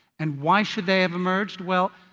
and why should they have emerged? well,